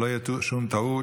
שלא תהיה שום טעות,